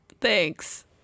thanks